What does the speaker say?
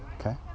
Okay